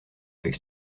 avec